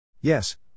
Yes